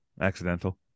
accidental